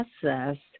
process